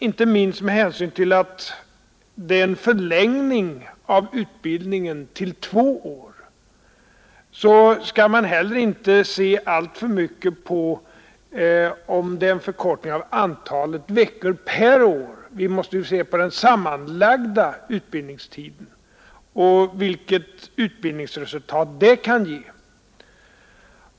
Inte minst med hänsyn till förlängningen av utbildningen till två år tycker jag att man inte heller skall se alltför mycket på att det är en minskning av antalet veckor per år. Vi måste ju se på den sammanlagda utbildningstiden och tänka på vilket utbildningsresultat den kan ge.